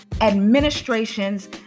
administrations